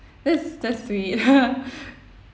that's that's sweet